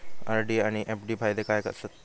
RD आनि FD फायदे काय आसात?